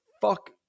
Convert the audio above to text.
fuck